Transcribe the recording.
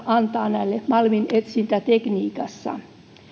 antaa osaamista siellä malminetsintätekniikassa